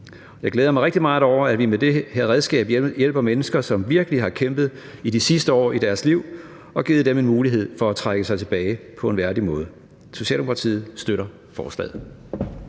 Jeg glæder mig rigtig meget over, at vi med det her redskab hjælper mennesker, som virkelig har kæmpet i de sidste år af deres arbejdsliv, ved at give dem en mulighed for at trække sig tilbage på en værdig måde. Socialdemokratiet støtter forslaget.